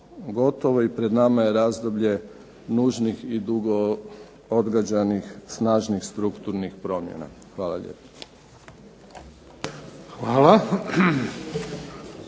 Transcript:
gotovo i pred nama je razdoblje nužnih i dugo odgađanih snažnih strukturnih promjena. Hvala lijepo.